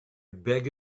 beg